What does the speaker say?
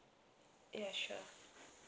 ya sure